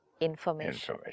information